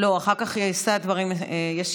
תודה רבה, חברת הכנסת עאידה תומא סלימאן.